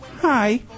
Hi